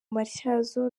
matyazo